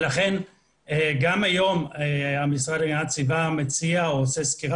לכן גם היום המשרד להגנת הסביבה מציע או רוצה סקירה